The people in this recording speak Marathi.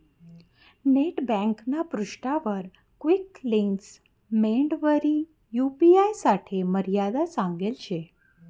नेट ब्यांकना पृष्ठावर क्वीक लिंक्स मेंडवरी यू.पी.आय साठे मर्यादा सांगेल शे